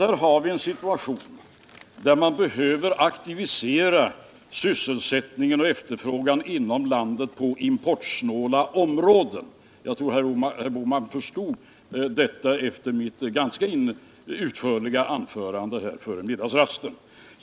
Här har vi en situation, där man behöver aktivera sysselsättningen och efterfrågan inom landet på importsnåla områden. Jag tror att herr Bohman förstår detta efter mitt ganska utförliga anförande här före middagsrasten.